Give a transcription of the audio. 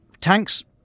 Tanks